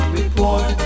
report